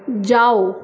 जाओ